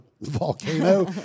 volcano